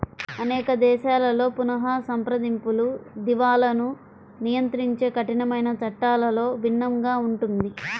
అనేక దేశాలలో పునఃసంప్రదింపులు, దివాలాను నియంత్రించే కఠినమైన చట్టాలలో భిన్నంగా ఉంటుంది